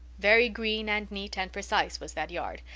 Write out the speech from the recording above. very green and neat and precise was that yard,